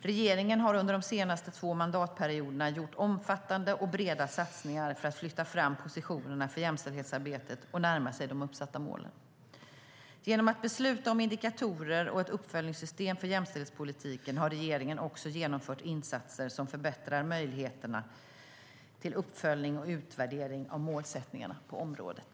Regeringen har under de senaste två mandatperioderna gjort omfattande och breda satsningar för att flytta fram positionerna för jämställdhetsarbetet och närma sig de uppsatta målen. Genom att besluta om indikatorer och ett uppföljningssystem för jämställdhetspolitiken har regeringen också genomfört insatser som förbättrar möjligheterna till uppföljning och utvärdering av målsättningarna på området.